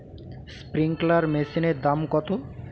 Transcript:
Sprinkler মেশিনের দাম কত?